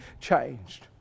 changed